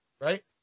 right